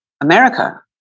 America